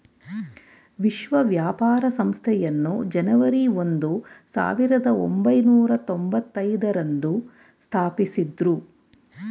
ವಿಶ್ವ ವ್ಯಾಪಾರ ಸಂಸ್ಥೆಯನ್ನು ಜನವರಿ ಒಂದು ಸಾವಿರದ ಒಂಬೈನೂರ ತೊಂಭತ್ತೈದು ರಂದು ಸ್ಥಾಪಿಸಿದ್ದ್ರು